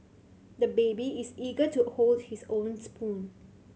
the baby is eager to hold his own spoon